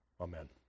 Amen